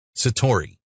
Satori